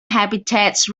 habitats